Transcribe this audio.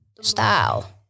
style